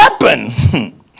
weapon